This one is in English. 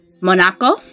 Monaco